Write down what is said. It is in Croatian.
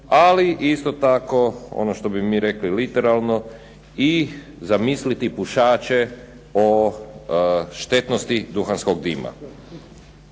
ali isto tako, ono što bi mi rekli literarno i zamisliti pušače o štetnosti duhanskog dima.